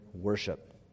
worship